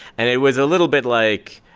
and it was a little bit like,